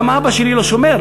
למה אבא שלי לא שומר,